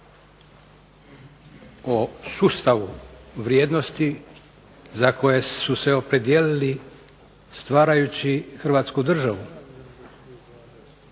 o sustavu vrijednosti za koje su se opredijelili stvarajući Hrvatsku državu.